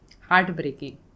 Heartbreaking